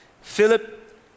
Philip